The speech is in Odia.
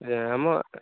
ଆଜ୍ଞା ଆମ